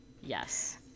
Yes